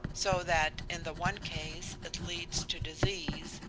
so that in the one case it leads to disease,